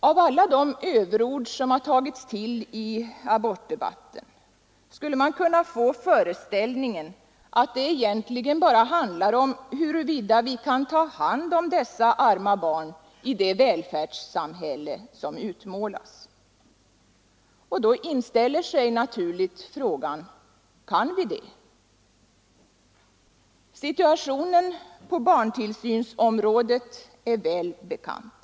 Av alla överord som tagits till i abortdebatten kunde man få föreställningen att det egentligen bara handlar om huruvida vi kan ta hand om dessa arma barn i det välfärdssamhälle som utmålas. Och då inställer sig naturligt frågan: Kan vi det? Situationen på barntillsynsområdet är väl bekant.